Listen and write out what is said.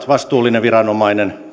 vastuullinen viranomainen